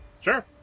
Sure